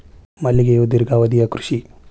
ಮಲ್ಲಿಗೆಯು ದೇರ್ಘಾವಧಿಯ ಕೃಷಿ